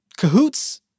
Cahoots